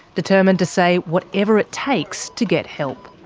determined to say whatever it takes to get help.